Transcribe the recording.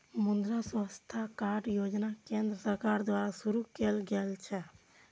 मुद्रा स्वास्थ्य कार्ड योजना केंद्र सरकार द्वारा शुरू कैल गेल छै